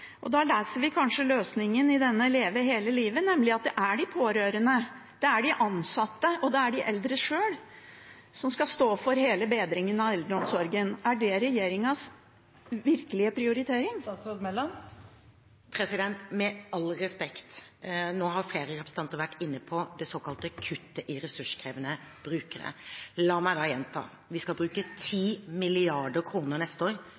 Da leser vi kanskje løsningen i Leve hele livet – at det er de pårørende, de ansatte og de eldre sjøl som skal stå for hele bedringen av eldreomsorgen. Er det regjeringens virkelige prioritering? Med all respekt: Nå har flere representanter vært inne på det såkalte kuttet når det gjelder ressurskrevende brukere. La meg da gjenta at vi skal bruke 10 mrd. kr neste år